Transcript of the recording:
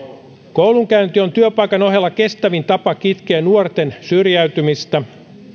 koulunkäynti on työpaikan ohella kestävin tapa kitkeä nuorten syrjäytymistä